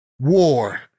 War